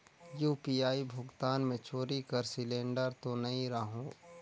UPI भुगतान मे चोरी कर सिलिंडर तो नइ रहु?